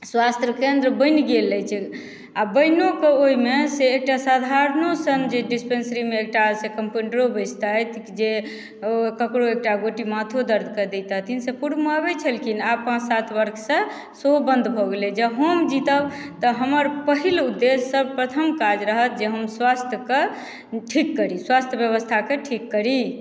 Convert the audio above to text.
स्वास्थ्य केन्द्र बनि गेल अछि आ बनिओ कऽ ओहिमे सँ एकटा साधारणो सन जे डिसपेंसरीमे एकटा से कंपाउंडरो बैसतथि जे ओ ककरो एकटा गोटी माथो दर्दके दैतथिन से पूर्वमे अबैत छलखिन आब पाँच सात वर्षसँ सेहो बन्द भऽ गेलै जऽ हम जीतब तऽ हमर पहिल उद्देश्य सर्वप्रथम काज रहत जे हम स्वास्थ्यके ठीक करी स्वास्थ्य व्यवस्थाके ठीक करी